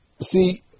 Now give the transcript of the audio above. see